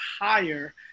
higher